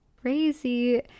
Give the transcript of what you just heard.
crazy